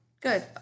Good